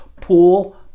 pool